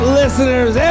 listeners